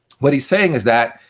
what he's saying is that,